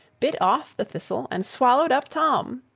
bit off the thistle, and swallowed up tom.